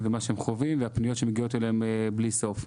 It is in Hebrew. ומה שהם חווים והפניות שמגיעות אליהם בלי סוף.